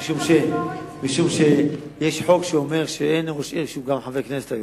משום שיש חוק שאומר שאין ראש עיר שהוא גם חבר כנסת.